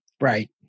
Right